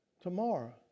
tomorrow